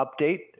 update